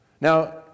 Now